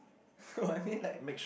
no I mean like